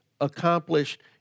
accomplished